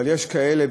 אבל יש כאלה,